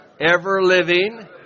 ever-living